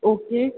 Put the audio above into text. okay